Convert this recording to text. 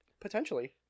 Potentially